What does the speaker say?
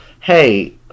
Hey